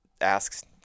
asks